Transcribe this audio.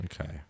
Okay